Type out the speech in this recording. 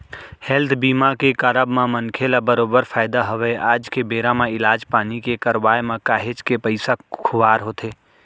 health बीमा के कारब म मनखे ल बरोबर फायदा हवय आज के बेरा म इलाज पानी के करवाय म काहेच के पइसा खुवार होथे